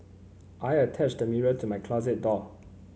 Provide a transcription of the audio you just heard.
I attached a mirror to my closet door